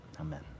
Amen